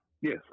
Yes